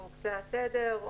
או הקצאת התדר: